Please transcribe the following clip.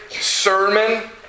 sermon